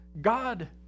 God